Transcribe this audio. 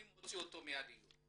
אוציא אותו מהדיון.